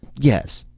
yes,